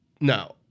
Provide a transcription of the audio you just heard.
no